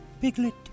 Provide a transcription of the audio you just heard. Piglet